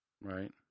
right